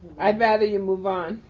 i'd rather you move on.